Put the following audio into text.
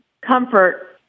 comfort